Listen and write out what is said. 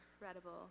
incredible